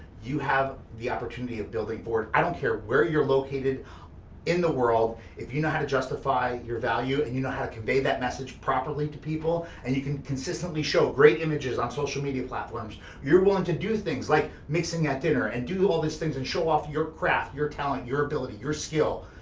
you have the opportunity of building forward. i don't care where you're located in the world, if you know how to justify your value, and you know how to convey that message properly to people, and you can consistently show great images on social media platforms, you're willing to do things like mixing at dinner and do all these things and show off your craft, your talent, your ability, your skill,